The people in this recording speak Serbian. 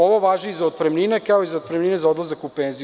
Ovo važi i za otpremnine, kao i za otpremnine za odlazak u penziju.